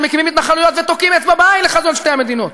אתם מקימים התנחלויות ותוקעים אצבע בעין לחזון שתי המדינות?